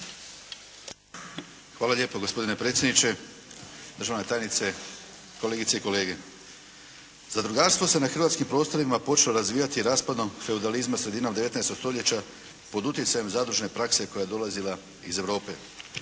Hvala lijepo gospodine predsjedniče. Državna tajnice, kolegice i kolege zadrugarstvo se na hrvatskim prostorima počelo razvijati raspadom feudalizma sredinom 19. stoljeća pod utjecajem zadružne prakse koja je dolazila iz Europe.